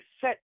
set